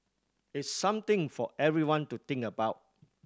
it's something for everyone to think about